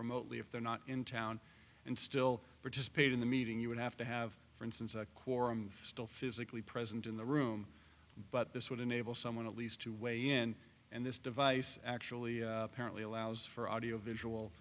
remotely if they're not in town and still participate in the meeting you would have to have for instance a quorum still physically present in the room but this would enable someone at least to weigh in and this device actually apparently allows for audio visual